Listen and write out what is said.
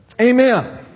Amen